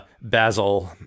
basil